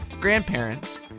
grandparents